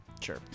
Sure